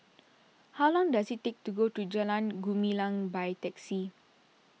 how long does it take to get to Jalan Gumilang by taxi